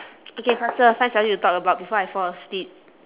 okay faster find something to talk about before I fall asleep